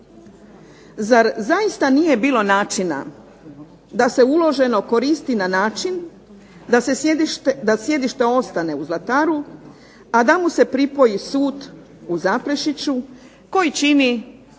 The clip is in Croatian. Zar zaista nije bilo načina da se uloženo koristi na način da sjedište ostane u Zlataru, a da mu se pripoji sud u Zaprešiću koji čini